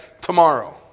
tomorrow